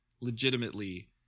legitimately